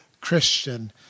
Christian